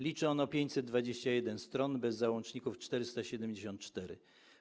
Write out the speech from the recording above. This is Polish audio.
Liczy ono 521 stron, bez załączników 474 strony.